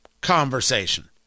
conversation